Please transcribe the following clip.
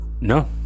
No